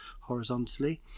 horizontally